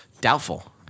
Doubtful